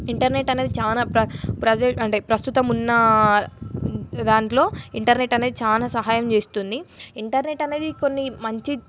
internet అనేది చాలా ప్ర ప్రజ అంటే ప్రస్తుతం ఉన్న దాంట్లో ఇంటర్నెట్ అనేది చాలా సహాయం చేస్తుంది ఇంటర్నెట్ అనేది కొన్ని మంచి